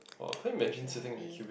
that makes you happy